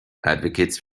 advocates